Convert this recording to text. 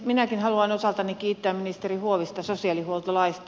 minäkin haluan osaltani kiittää ministeri huovista sosiaalihuoltolaista